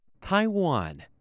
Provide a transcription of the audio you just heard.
Taiwan